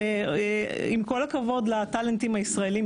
ועם כל הכבוד לטאלנטים הישראלים,